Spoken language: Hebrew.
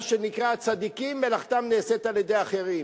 מה שנקרא, צדיקים מלאכתם נעשית על-ידי אחרים.